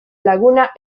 laguna